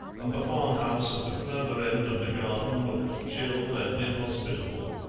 and the farm-house at the further end of the garden looked chill and inhospitable.